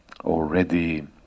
Already